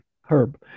Herb